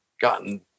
gotten